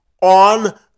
on